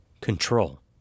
control